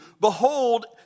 Behold